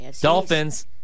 Dolphins